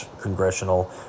congressional